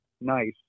nice